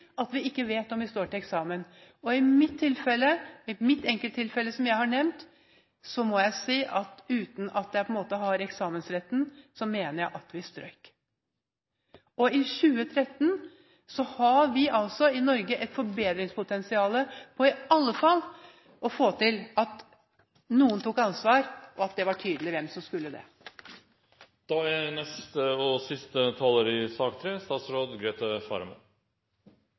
at vi ikke vet om vi står til eksamen. I mitt enkelttilfelle, som jeg har nevnt, må jeg si, uten at jeg har «sensorretten», at jeg mener at vi strøk. I 2013 har vi altså i Norge et forbedringspotensial på iallfall å få til at noen tar ansvar, og at det er tydelig hvem som skal ta det. Vi har på ulikt vis i dag fått illustrert hvordan et moderne velferdssamfunn som vårt både er sammensatt og